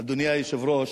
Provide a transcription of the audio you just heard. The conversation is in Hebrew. אדוני היושב-ראש,